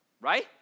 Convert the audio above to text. right